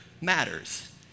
matters